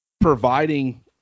providing